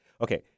Okay